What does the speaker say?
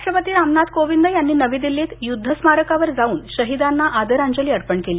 राष्ट्रपती रामनाथ कोविंद यांनी नवी दिल्लीत युद्ध स्मारकावर जाऊन शहीदांना आदरांजली अर्पण केली